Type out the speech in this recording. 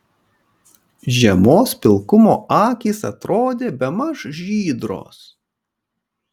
žiemos pilkumo akys atrodė bemaž žydros